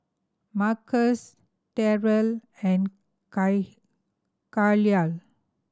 Marquis Terell and Kahlil